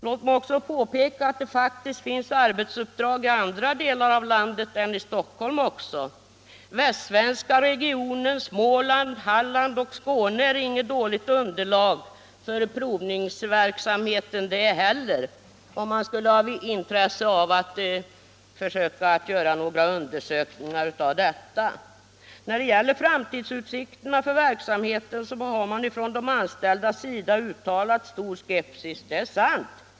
Låt mig också påpeka att det faktiskt finns arbetsuppdrag i andra delar av landet än i Stockholm, om man skulle ha intresse av att försöka göra några undersökningar av detta. Västsvenska regionen, Småland, Halland och Skåne är inget dåligt underlag för provningsverksamheten. När det gäller framtidsutsikterna för verksamheten har man från de anställdas sida uttalat stor skepsis — det är sant.